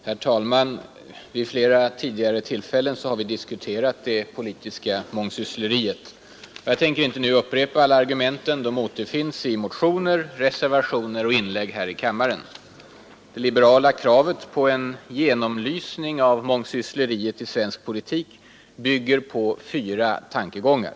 Herr talman! Vid flera tidigare tillfällen har vi diskuterat det politiska mångsyssleriet. Jag tänker inte nu upprepa alla argumenten — de återfinns i motioner, reservationer och inlägg här i kammaren. Det liberala kravet på en genomlysning av mångsyssleriet i svensk politik bygger på fyra tankegångar.